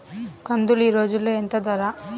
కందులు ఈరోజు ఎంత ధర?